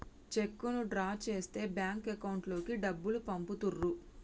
చెక్కును డ్రా చేస్తే bank account లోకి డబ్బులు పంపుతుర్రు